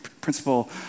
Principle